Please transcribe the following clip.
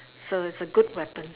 so it's a good weapon